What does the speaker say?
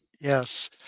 Yes